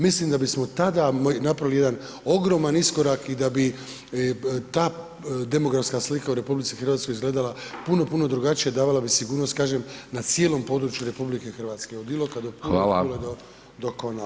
Mislim da bismo tada napravili jedan ogroman iskorak i da bi ta demografska slika u RH izgledala puno, puno drugačije, davala bi sigurnost, kažem, na cijelom području RH od Iloka do ... do Konavala.